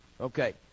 Okay